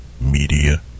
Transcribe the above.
Media